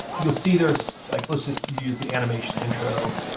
you'll see there's like let's just use the animation intro,